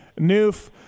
Noof